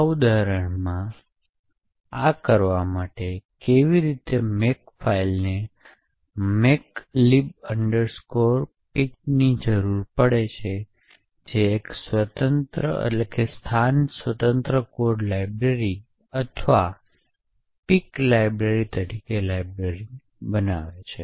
આ ઉદાહરણમાં આ કરવા માટે કેવી રીતે મેક ફાઇલ ને makelib pic ની જરૂર પડશે જે એક સ્થાન સ્વતંત્ર કોડ લાઇબ્રેરી અથવા પીક લાઇબ્રેરી તરીકે લાઇબ્રેરી બનાવે છે